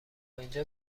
اینجا